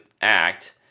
act